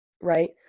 right